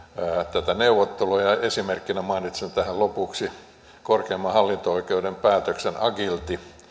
tätä neuvottelua esimerkkinä mainitsen tähän lopuksi korkeimman hallinto oikeuden päätöksen agility